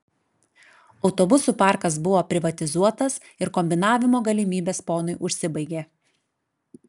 autobusų parkas buvo privatizuotas ir kombinavimo galimybės ponui užsibaigė